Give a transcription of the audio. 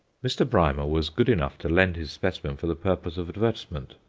mr. brymer was good enough to lend his specimen for the purpose of advertisement,